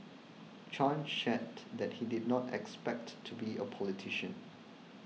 Chan shared that he did not expect to be a politician